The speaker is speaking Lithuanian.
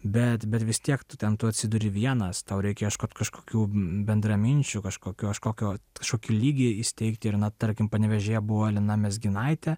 bet bet vis tiek tu ten atsiduri vienas tau reikia ieškot kažkokių bendraminčių kažkokių kažkokio kažkokį lygį įsteigti ir na tarkim panevėžyje buvo elena mezginaitė